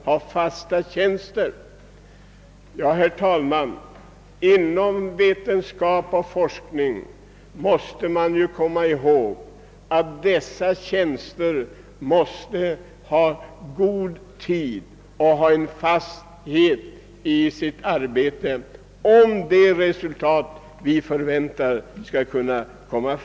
Vi bör hålla i minnet att vetenskaplig forskning tar tid, och därför måste forskarna känna trygghet i sitt arbete för att kunna få fram de resultat vi förväntar.